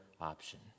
option